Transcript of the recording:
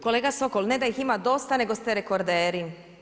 Kolega Sokol, ne da ih ima dosta, nego ste rekorderi.